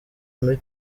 muri